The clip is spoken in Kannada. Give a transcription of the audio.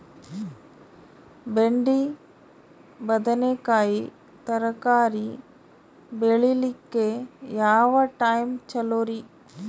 ಬೆಂಡಿ ಬದನೆಕಾಯಿ ತರಕಾರಿ ಬೇಳಿಲಿಕ್ಕೆ ಯಾವ ಟೈಮ್ ಚಲೋರಿ?